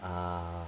ah